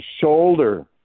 shoulder